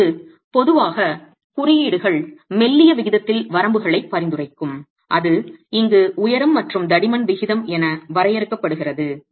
இப்போது பொதுவாக குறியீடுகள் மெல்லிய விகிதத்தில் வரம்புகளை பரிந்துரைக்கும் அது இங்கு உயரம் மற்றும் தடிமன் விகிதம் என வரையறுக்கப்படுகிறது